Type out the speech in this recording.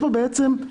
זו התניה.